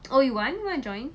oh you want want to join